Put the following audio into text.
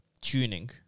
tuning